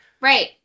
Right